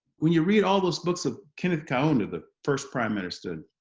when you read all those books of kenneth county the first prime minister